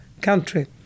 country